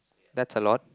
that's a lot